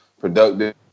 productive